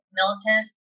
militant